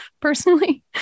personally